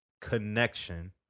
connection